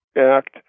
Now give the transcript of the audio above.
act